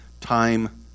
time